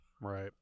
right